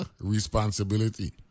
responsibility